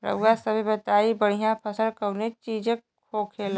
रउआ सभे बताई बढ़ियां फसल कवने चीज़क होखेला?